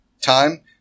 time